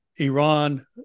Iran